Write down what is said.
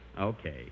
Okay